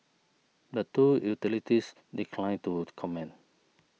the two utilities declined to comment